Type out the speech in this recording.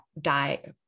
die